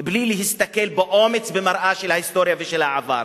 בלי להסתכל באומץ במראה של ההיסטוריה ושל העבר.